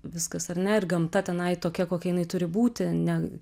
viskas ar ne ir gamta tenai tokia kokia jinai turi būti ne